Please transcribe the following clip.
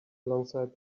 alongside